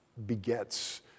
begets